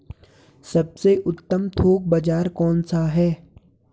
सबसे उत्तम थोक बाज़ार कौन सा है?